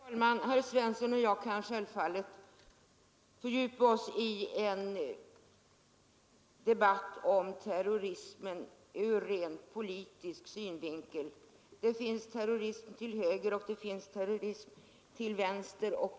Herr talman! Herr Svensson och jag kan självfallet fördjupa oss i en debatt om terrorism ur rent politisk synvinkel. Det finns terrorism till höger och det finns terrorism till vänster.